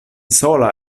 sola